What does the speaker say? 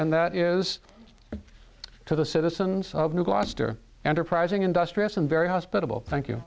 and that is to the citizens of new gloucester enterprising industrious and very hospitable thank you